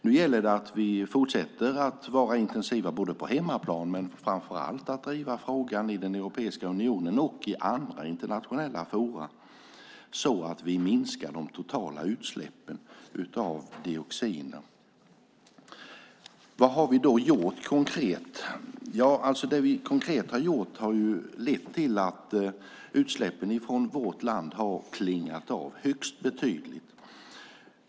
Nu gäller det att vi fortsätter att vara intensiva, både på hemmaplan och, framför allt, genom att driva frågan i Europeiska unionen och i andra internationella fora så att vi minskar de totala utsläppen av dioxiner. Vad har vi då gjort konkret? Det vi konkret har gjort har lett till att utsläppen från vårt land har klingat av högst betydligt.